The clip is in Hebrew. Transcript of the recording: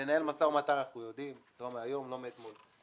לנהל משא ומתן אנחנו יודעים, לא מהיום ולא מאתמול.